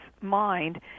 mind